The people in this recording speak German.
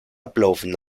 ablaufen